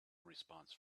response